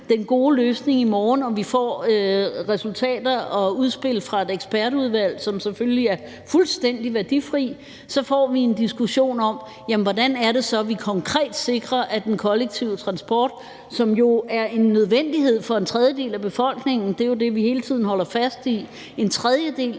den gode løsning, i morgen, når vi får resultater og udspil fra et ekspertudvalg, som selvfølgelig er fuldstændig værdifri, får vi en diskussion om, hvordan det så er, vi konkret sikrer den kollektive transport, som jo er en nødvendighed for en tredjedel af befolkningen. Det er jo det, vi hele tiden holder fast i, nemlig